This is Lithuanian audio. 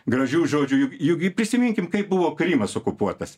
gražių žodžių juk juk prisiminkim kaip buvo krymas okupuotas